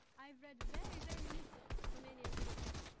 i've read very, very little romanian literature.